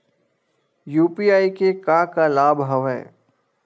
UPI के का का लाभ हवय?